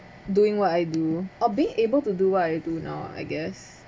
doing what I do or being able to do what I do now I guess